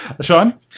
Sean